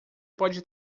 pode